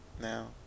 now